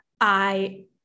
I-